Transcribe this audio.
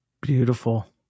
Beautiful